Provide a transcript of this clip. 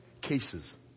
cases